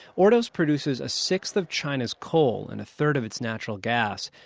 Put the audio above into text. ordos produces a sixth of china's coal and a third of its natural gas.